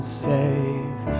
save